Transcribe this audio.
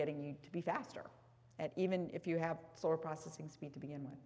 getting you to be faster at even if you have slower processing speed to begin with